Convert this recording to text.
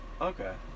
Okay